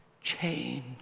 change